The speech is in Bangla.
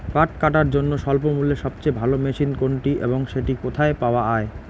পাট কাটার জন্য স্বল্পমূল্যে সবচেয়ে ভালো মেশিন কোনটি এবং সেটি কোথায় পাওয়া য়ায়?